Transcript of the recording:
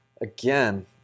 again